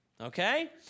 Okay